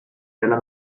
della